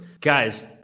guys